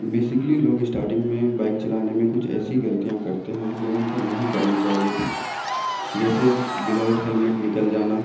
basically لوگ starting میں bike چلانے میں کچھ ایسی غلطیاں کرتے ہیں جو ان کو نہیں کرنی چاہیے تھی جیسے ویدآوٹ ہیلمٹ نکل جانا